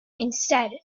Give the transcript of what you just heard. instead